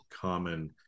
common